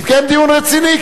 יתקיים דיון רציני,